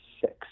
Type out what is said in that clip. six